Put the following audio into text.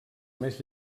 més